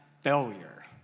failure